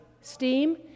steam